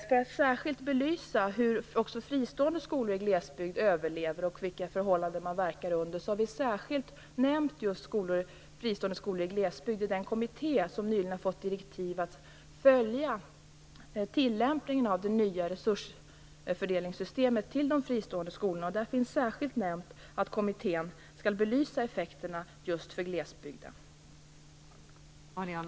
För att belysa hur fristående skolor i glesbygd överlever, och vilka förhållanden de verkar under, kan jag säga att vi särskilt har nämnt fristående skolor i glesbygd i den kommitté som nyligen har fått direktiv att följa tillämpningen av det nya systemet för resursfördelning till de fristående skolorna. Det finns särskilt nämnt att kommittén skall belysa effekterna för glesbygden.